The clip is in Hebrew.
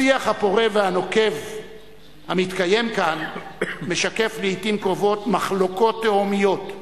השיח הפורה והנוקב המתקיים כאן משקף לעתים קרובות מחלוקות תהומיות.